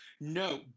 No